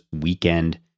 weekend